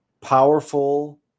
powerful